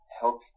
help